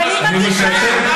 אני מסכם.